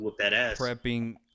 prepping